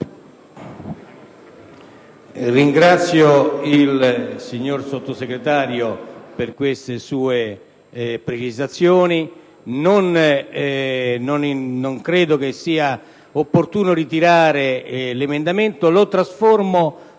ringrazio il signor Sottosegretario per le sue precisazioni. Non credo sia opportuno ritirare l'emendamento, e quindi